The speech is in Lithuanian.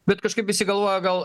bet kažkaip visi galvojo gal